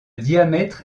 diamètre